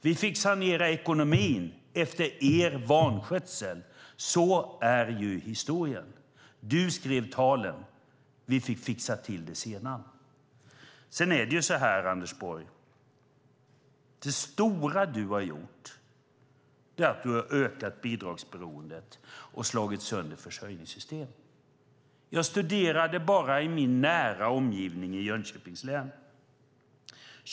Vi fick sanera ekonomin efter er vanskötsel. Så är historien. Du skrev talen. Vi fick fixa till det sedan. Det stora som du har gjort, Anders Borg, är att du har ökat bidragsberoendet och slagit sönder försörjningssystem. Jag studerade hur det har varit i min nära omgivning i Jönköpings län.